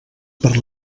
per